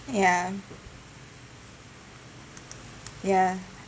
ya ya